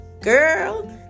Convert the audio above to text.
girl